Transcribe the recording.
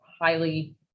highly